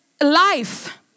life